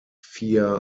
via